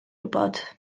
wybod